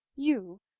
you,